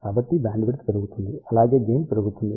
కాబట్టి బ్యాండ్విడ్త్ పెరుగుతుంది అలాగే గెయిన్ పెరుగుతుంది